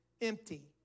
empty